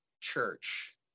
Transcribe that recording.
church